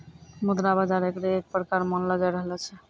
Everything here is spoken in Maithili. मुद्रा बाजार एकरे एक प्रकार मानलो जाय रहलो छै